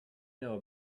know